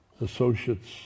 associates